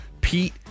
Pete